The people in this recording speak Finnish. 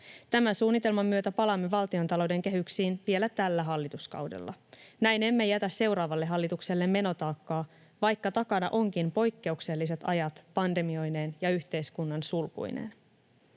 Tämän suunnitelman myötä palaamme valtiontalouden kehyksiin vielä tällä hallituskaudella. Näin emme jätä seuraavalle hallitukselle menotaakkaa, vaikka takana onkin poikkeukselliset ajat pandemioineen ja yhteiskunnan sulkuineen.